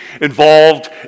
involved